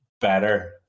better